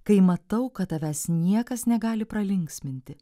kai matau kad tavęs niekas negali pralinksminti